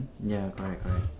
ya correct correct